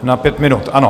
Na pět minut, ano.